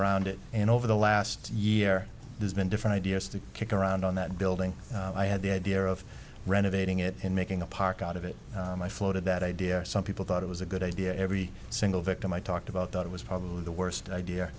around it and over the last year there's been different ideas to kick around on that building i had the idea of renovating it in making a park out of it and i floated that idea or some people thought it was a good idea every single victim i talked about that it was probably the worst idea